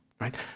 right